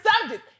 subject